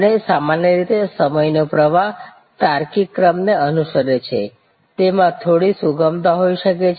અને સામાન્ય રીતે સમયનો પ્રવાહ તાર્કિક ક્રમને અનુસરે છે તેમાં થોડી સુગમતા હોઈ શકે છે